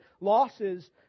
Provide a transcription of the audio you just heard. losses